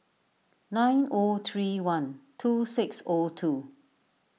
nine O three one two six O two